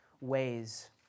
ways